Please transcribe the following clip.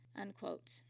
unquote